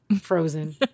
Frozen